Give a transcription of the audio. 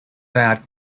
that